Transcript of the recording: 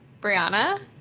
Brianna